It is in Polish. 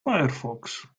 firefox